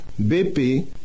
BP